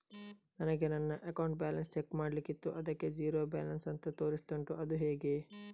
ನನಗೆ ನನ್ನ account balance check ಮಾಡ್ಲಿಕ್ಕಿತ್ತು ಅದು ಝೀರೋ ಬ್ಯಾಲೆನ್ಸ್ ಅಂತ ತೋರಿಸ್ತಾ ಉಂಟು ಅದು ಹೇಗೆ?